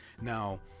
Now